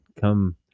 Come